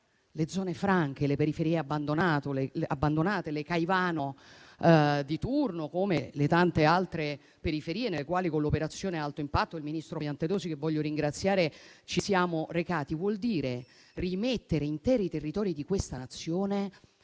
le zone franche, le periferie abbandonate o le Caivano di turno, come le tante altre periferie nelle quali, con l'operazione Alto impatto, il ministro Piantedosi, che voglio ringraziare, ed io ci siamo recati, vuol dire rimettere interi territori di questa Nazione